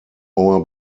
hour